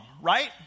right